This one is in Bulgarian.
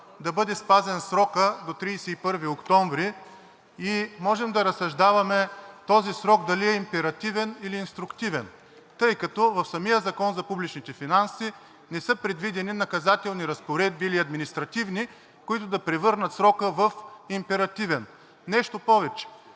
да бъде спазен срокът до 31 октомври. Можем да разсъждаваме този срок дали е императивен, или инструктивен, тъй като в самия Закон за публичните финанси не са предвидени наказателни разпоредби или административни, които да превърнат срока в императивен. Нещо повече,